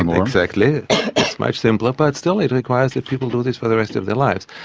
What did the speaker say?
exactly, it's much simpler. but still it requires that people do this for the rest of their lives.